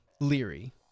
Leary